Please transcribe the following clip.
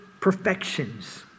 perfections